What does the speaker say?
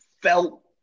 felt